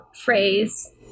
phrase